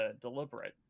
deliberate